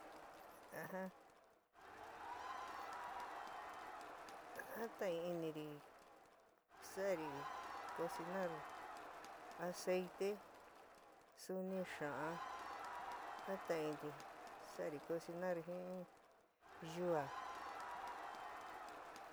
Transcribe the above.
Ajan jantainiri saari cosinar aceite suni xaan, jatainti saari cosinar jin yua.